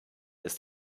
ist